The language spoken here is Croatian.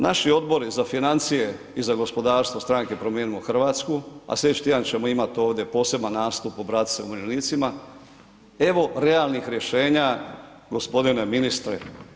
Naši Odbori za financije i za gospodarstvo stranke Promijenimo Hrvatsku a sljedeći tjedan ćemo imati ovdje poseban nastup, obratiti se umirovljenicima, evo realnih rješenja gospodine ministre.